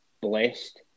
blessed